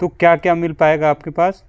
तो क्या क्या मिल पाएगा आपके पास